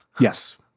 Yes